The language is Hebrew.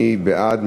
מי בעד?